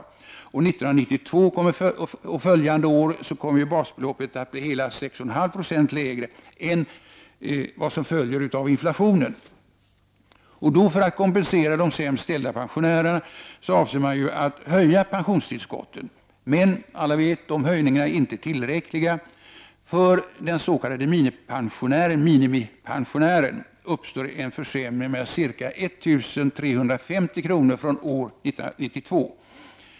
1992 och följande år blir basbeloppet hela 6,5 96 lägre än vad som följer av inflationen. För att kompensera de sämst ställda pensionärerna avser man att höja pensionstillskotten. Men alla vet att de föreslagna höjningarna inte är tillräckliga. För den s.k. minimipensionären uppstår en försämring av pensionen med ca 1 350 kr. från år 1992.